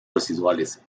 residuales